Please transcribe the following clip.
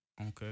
Okay